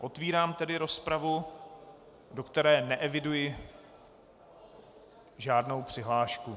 Otevírám tedy rozpravu, do které neeviduji žádnou přihlášku.